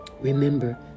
remember